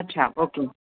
अच्छा ओके